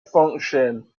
function